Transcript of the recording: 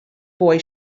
boy